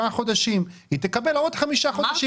היא תקבל עוד חמישה חודשים.